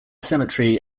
cemetery